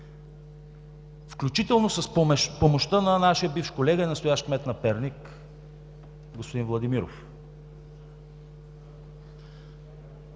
включително с помощта на нашия бивш колега и настоящ кмет на Перник господин Владимиров.